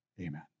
Amen